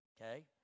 Okay